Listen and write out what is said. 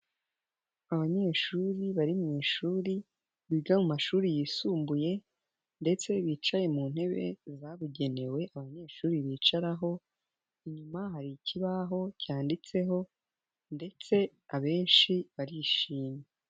Abanyeshuri bari mu ishuri biga mu mashuri yisumbuye ndetse bicaye mu ntebe zabugenewe abanyeshuri bicaraho, inyuma hari ikibaho cyanditseho ndetse abenshi barishimye.